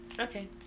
Okay